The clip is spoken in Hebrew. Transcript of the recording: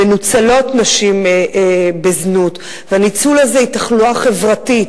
מנוצלות נשים בזנות והניצול הזה הוא תחלואה חברתית,